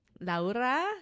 Laura